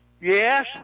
Yes